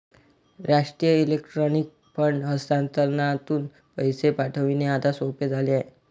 राष्ट्रीय electronic fund हस्तांतरणातून पैसे पाठविणे आता सोपे झाले आहे